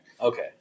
Okay